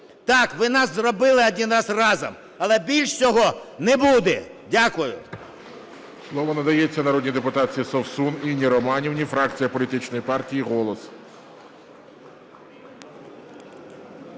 Так, ви нас зробили один раз разом, але більше цього не буде Дякую.